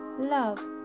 love